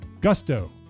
gusto